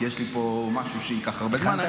כי יש לי פה משהו שייקח הרבה זמן.